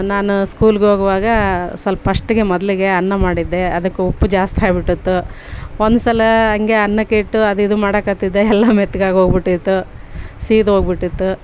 ನಾನು ಸ್ಕೂಲ್ ಹೋಗ್ವಾಗ ಸ್ವಲ್ಪ್ ಫಸ್ಟಿಗೆ ಮೊದಲಿಗೆ ಅನ್ನ ಮಾಡಿದ್ದೆ ಅದ್ಕೆ ಉಪ್ಪು ಜಾಸ್ತಿ ಆಗ್ಬಿಟ್ಟಿತ್ತು ಒಂದ್ಸಲ ಹಂಗೆ ಅನ್ನಕ್ಕಿಟ್ಟು ಅದು ಇದು ಮಾಡೋಕತ್ತಿದ್ದೆ ಎಲ್ಲ ಮೆತ್ಗಾಗಿ ಹೋಗ್ಬಿಟ್ಟಿತ್ತು ಸೀದೋಗ್ಬಿಟ್ಟಿತ್ತು